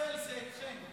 מחסל זה אתכם.